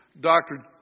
Dr